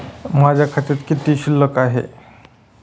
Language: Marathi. माझ्या खात्यात किती शिल्लक आहे?